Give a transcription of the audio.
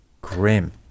grim